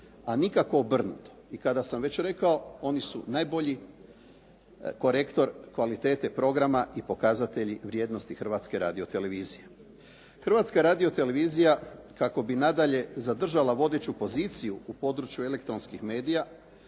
a nikao obrnuto. I kada sam već rekao oni su najbolji korektor kvalitete programa i pokazatelji vrijednosti Hrvatske radiotelevizije. Hrvatska radiotelevizija kako bi nadalje zadržala vodeću poziciju u području elektronskih medija,